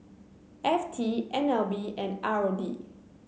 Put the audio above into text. F T N L B and R O D